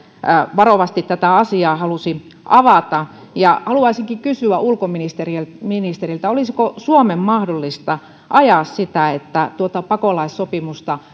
varovasti tätä asiaa halusi avata haluaisinkin kysyä ulkoministeriltä olisiko suomen mahdollista ajaa sitä että tuota pakolaissopimusta